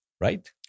Right